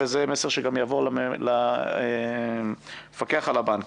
וזה המסר שגם יעבור למפקח על הבנקים,